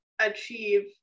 achieve